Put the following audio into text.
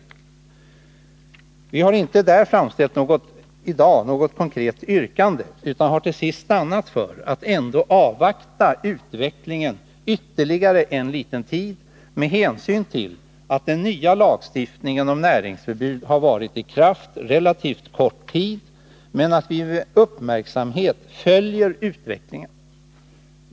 I denna har vi inte framställt något konkret yrkande, utan vi har till sist stannat för att avvakta utvecklingen ytterligare någon liten tid, med hänsyn till att den nya lagstiftningen om näringsförbud har varit i kraft relativt kort tid. Vi följer emellertid utvecklingen med uppmärksamhet.